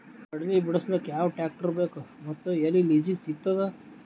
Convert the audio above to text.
ಕಡಲಿ ಬಿಡಸಕ್ ಯಾವ ಟ್ರ್ಯಾಕ್ಟರ್ ಬೇಕು ಮತ್ತು ಎಲ್ಲಿ ಲಿಜೀಗ ಸಿಗತದ?